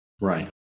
Right